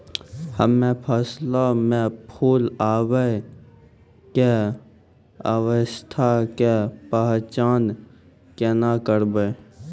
हम्मे फसलो मे फूल आबै के अवस्था के पहचान केना करबै?